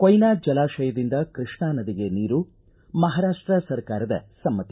ಕೊಯ್ನಾ ಜಲಾಶಯದಿಂದ ಕೃಷ್ಣಾ ನದಿಗೆ ನೀರು ಮಹಾರಾಷ್ಷ ಸರ್ಕಾರದ ಸಮ್ಮತಿ